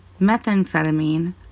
methamphetamine